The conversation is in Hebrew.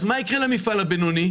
אז מה יקרה למפעל הבינוני?